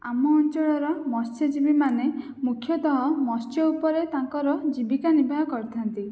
ଆମ ଅଞ୍ଚଳର ମତ୍ସ୍ୟଜୀବୀ ମାନେ ମୁଖ୍ୟତଃ ମତ୍ସ୍ୟ ଉପରେ ତାଙ୍କର ଜୀବିକା ନିର୍ବାହ କରିଥାନ୍ତି